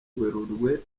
werurwe